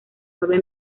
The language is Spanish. nueve